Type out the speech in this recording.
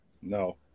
No